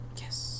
Yes